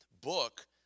book